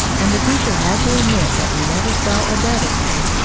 and the teacher had to admit that he never saw a better one.